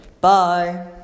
Bye